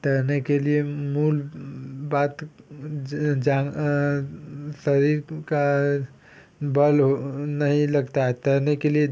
तैरने के लिए मूल बात ज जान शरीर का बल हो नहीं लगता है तैरने के लिए